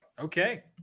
Okay